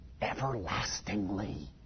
everlastingly